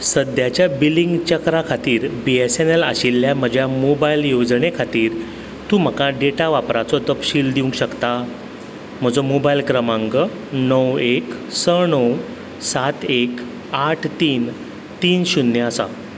सद्याच्या बिलिंग चक्रा खातीर बीएसएनएल आशिल्ल्या म्हज्या मोबायल येवजणे खातीर तूं म्हाका डेटा वापराचो तपशील दिवंक शकता म्हजो मोबायल क्रमांक णव एक स णव सात एक आठ तीन तीन शुन्य आसा